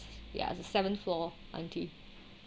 ya the seventh floor auntie